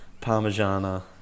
Parmigiana